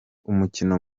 umukino